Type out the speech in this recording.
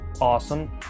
awesome